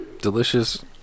delicious